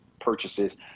purchases